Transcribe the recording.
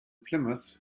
plymouth